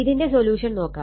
ഇതിന്റെ സൊല്യൂഷൻ നോക്കാം